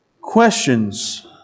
Questions